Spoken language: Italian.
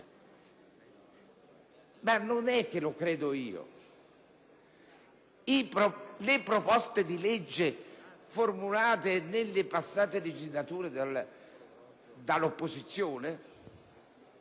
processo. Credo di no. Le proposte di legge formulate nelle passate legislature dall'opposizione